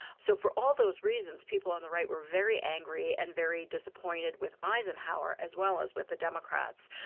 so for all those reasons, people on the right were very angry and very disappointed with eisenhower as well as with the democrats.